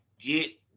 get